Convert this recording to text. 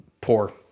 poor